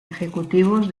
ejecutivos